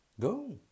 Go